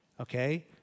okay